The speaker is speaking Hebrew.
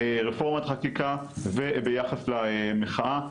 רפורמת חקיקה וביחס למחאה.